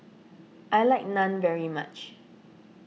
I like Naan very much